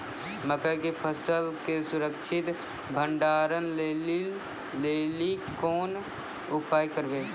मकई के फसल के सुरक्षित भंडारण लेली कोंन उपाय करबै?